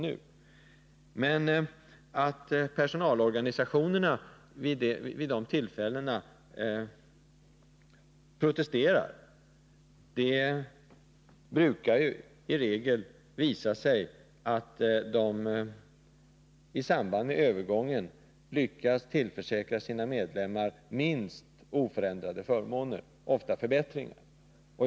Men även om personalorganisationerna vid sådana tillfällen protesterar, brukar det i regel visa sig att de i samband med övergången lyckas tillfö kra sina medlemmar minst oförändrade förmåner och ofta förbättringar.